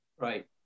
Right